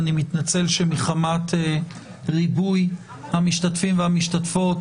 אני מתנצל שמחמת ריבוי המשתתפים והמשתתפות